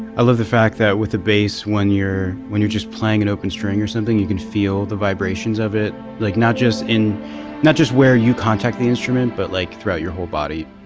i love the fact that with the bass one year when you're just playing an open string or something you can feel the vibrations of it like not just in not just where you contact the instrument but like throughout your whole body